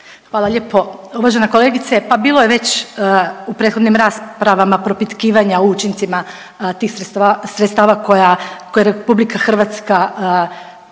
Hvala lijepo. Uvažena kolegice, pa bilo je već u prethodnim raspravama propitkivanja o učincima tih sredstava koja, koje RH, kojima